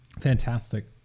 Fantastic